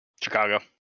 Chicago